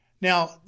Now